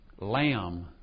Lamb